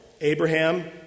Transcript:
Abraham